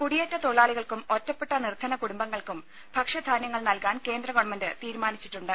കുടിയേറ്റ തൊഴിലാളികൾക്കും ഒറ്റപ്പെട്ട നിർധന കുടുംബങ്ങൾക്കും ഭക്ഷ്യധാന്യങ്ങൾ നൽകാൻ കേന്ദ്ര ഗവൺമെന്റ് തീരുമാനിച്ചിട്ടുണ്ട്